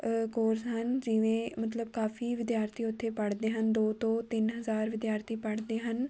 course ਹਨ ਜਿਵੇਂ ਮਤਲਬ ਕਾਫੀ ਵਿਦਿਆਰਥੀ ਉੱਥੇ ਪੜ੍ਹਦੇ ਹਨ ਦੋ ਤੋਂ ਤਿੰਨ ਹਜ਼ਾਰ ਵਿਦਿਆਰਥੀ ਪੜ੍ਹਦੇ ਹਨ